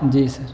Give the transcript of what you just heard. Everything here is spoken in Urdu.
جی سر